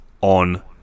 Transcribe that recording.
on